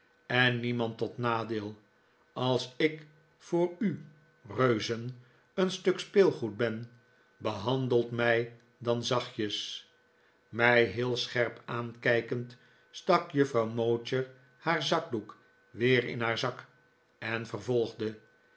en niemand tot nadeel als ik voor u reuzen een stuk speelgoed ben behandelt mij dan zachtjes mij heel scherp aankijkend stak juffrouw mowcher haar zakdoek weer in haar zak en vervolgde